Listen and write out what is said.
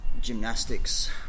gymnastics